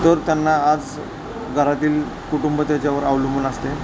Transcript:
तर त्यांना आज घरातील कुटुंब त्याच्यावर अवलंबून असते